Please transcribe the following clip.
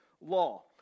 law